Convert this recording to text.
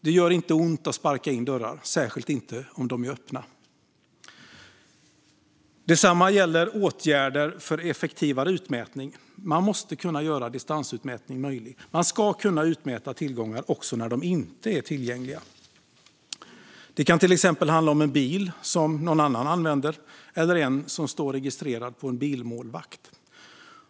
Det gör inte ont att sparka in dörrar, särskilt inte om de är öppna. Detsamma gäller åtgärder för effektivare utmätning. Man måste kunna göra distansutmätning möjlig. Man ska kunna utmäta tillgångar också när de inte är tillgängliga. Det kan till exempel handla om en bil som någon annan använder eller som står registrerad på en bilmålvakt.